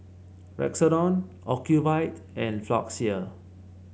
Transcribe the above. Redoxon Ocuvite and Floxia